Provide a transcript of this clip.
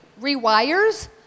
rewires